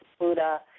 Buddha